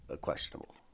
questionable